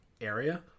area